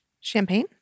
Champagne